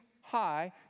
high